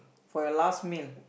for your last meal